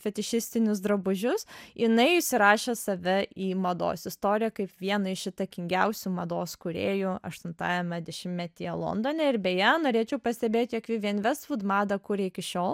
fetišistinius drabužius jinai įsirašė save į mados istoriją kaip vieną iš įtakingiausių mados kūrėjų aštuntajame dešimtmetyje londone ir beje norėčiau pastebėti jog vivjen vestvud madą kuria iki šiol